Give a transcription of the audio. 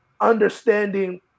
understanding